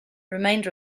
remainder